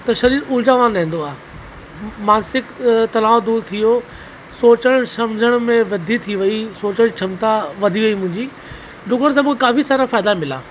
त शरीर ऊर्जावान रहंदो आहे मासिक तनाव दूरि थी वियो सोचणु समुझण में वधी थी वयी सोचणु समुझणु क्षमता वधी वयी मुंंहिंजी ॾुकण सां मूंखे काफ़ी सारा फ़ाइदा मिला